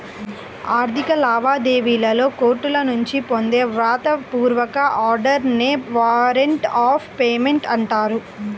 ఆర్థిక లావాదేవీలలో కోర్టుల నుంచి పొందే వ్రాత పూర్వక ఆర్డర్ నే వారెంట్ ఆఫ్ పేమెంట్ అంటారు